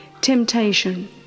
Temptation